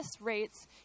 rates